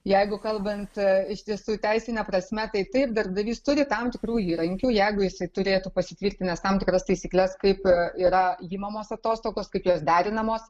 jeigu kalbant iš tiesų teisine prasme tai taip darbdavys turi tam tikrų įrankių jeigu jisai turėtų pasitvirtinęs tam tikras taisykles kaip yra imamos atostogos kaip jos derinamos